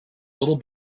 little